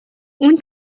اون